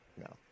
no